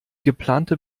geplante